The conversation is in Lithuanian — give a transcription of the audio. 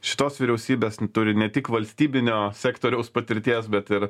šitos vyriausybės turi ne tik valstybinio sektoriaus patirties bet ir